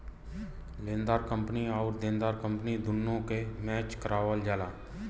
लेनेदार कंपनी आउर देनदार कंपनी दुन्नो के मैच करावल जाला